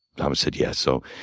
thomas said yes. so